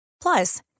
Plus